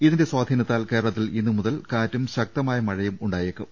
ഇതിന്റെ സ്വാധീനത്താൽ കേരളത്തിൽ ഇന്നുമുതൽ കാറ്റും ശക്തമായ മഴയും ഉണ്ടായേക്കും